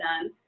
done